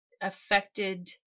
affected